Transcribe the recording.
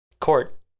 Court